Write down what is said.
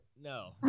no